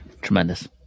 tremendous